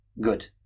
good